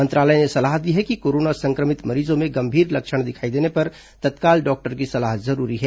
मंत्रालय ने सलाह दी है कि कोरोना संक्रमित मरीजों में गंभीर लक्षण दिखाई देने पर तत्काल डॉक्टर की सलाह जरूरी है